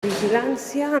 vigilància